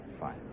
Fine